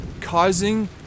causing